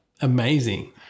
amazing